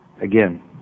again